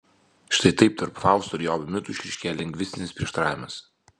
štai taip tarp fausto ir jobo mitų išryškėja lingvistinis prieštaravimas